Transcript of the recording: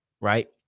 Right